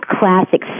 classic